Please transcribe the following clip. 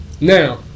Now